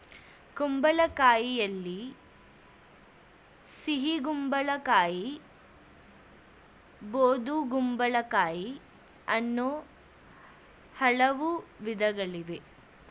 ಕುಂಬಳಕಾಯಿಯಲ್ಲಿ ಸಿಹಿಗುಂಬಳ ಕಾಯಿ ಬೂದುಗುಂಬಳಕಾಯಿ ಅನ್ನೂ ಹಲವು ವಿಧಗಳಿವೆ